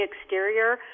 exterior